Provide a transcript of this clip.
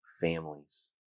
families